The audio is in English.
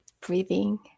breathing